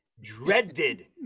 Dreaded